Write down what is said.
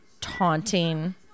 Taunting